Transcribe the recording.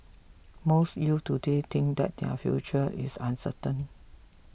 most youths today think that their future is uncertain